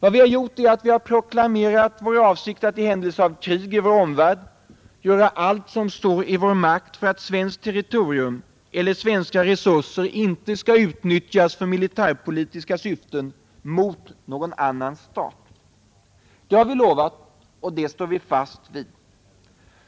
Vad vi har gjort är att vi har proklamerat vår avsikt att i händelse av krig i vår omvärld göra allt som står i vår makt för att svenskt territorium eller svenska resurser inte skall utnyttjas för militärpolitiska syften mot någon annan stat. Det har vi lovat, och det står vi fast vid.